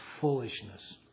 foolishness